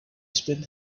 spent